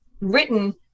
written